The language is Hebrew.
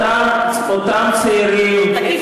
אותם צעירים, איפה היית?